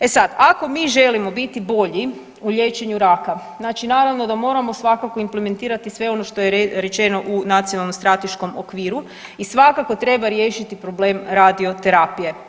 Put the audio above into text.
E sad, ako mi želio biti bolji u liječenju raka znači da moramo svakako implementirati sve ono što je rečeno u nacionalnom strateškom okviru i svako treba riješiti problem radioterapije.